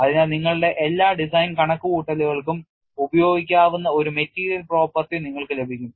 അതിനാൽ നിങ്ങളുടെ എല്ലാ ഡിസൈൻ കണക്കുകൂട്ടലുകൾക്കും ഉപയോഗിക്കാവുന്ന ഒരു മെറ്റീരിയൽ പ്രോപ്പർട്ടി നിങ്ങൾക്ക് ലഭിക്കും